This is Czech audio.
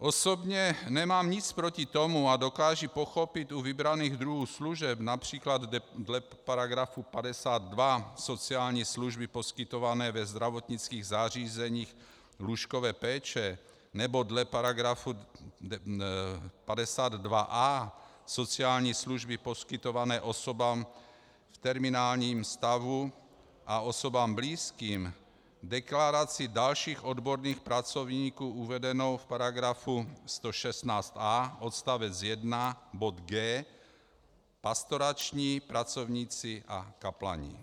Osobně nemám nic proti tomu a dokážu pochopit u vybraných druhů služeb, např. dle § 52 Sociální služby poskytované ve zdravotnických zařízeních lůžkové péče, nebo dle § 52a Sociální služby poskytované osobám v terminálním stavu a osobám blízkým, deklaraci dalších odborných pracovníků uvedenou v § 116a odst. 1 bod g) pastorační pracovníci a kaplani.